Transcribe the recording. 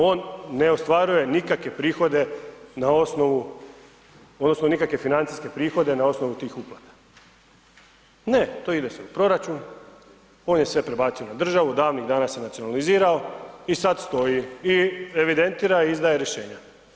On ne ostvaruje nikakve prihode na osnovu odnosno nikakve financijske prihode na osnovu tih uplata, ne to ide se u proračun, on je sve prebacio na državu, davnih dana se nacionalizirao i sad stoji i evidentira i izdaje rješenja.